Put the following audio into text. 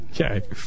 Okay